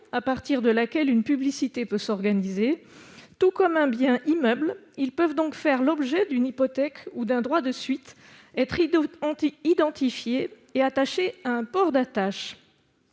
à partir de laquelle une publicité peut s'organiser. Tout comme un bien immeuble, ils peuvent faire l'objet d'une hypothèque ou d'un droit de suite, être identifiés et attachés à un « port d'attache